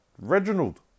Reginald